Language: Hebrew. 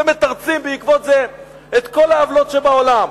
ומתרצים בעקבות זה את כל העוולות שבעולם,